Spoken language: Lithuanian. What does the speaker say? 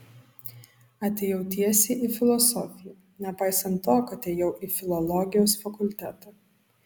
atėjau tiesiai į filosofiją nepaisant to kad ėjau į filologijos fakultetą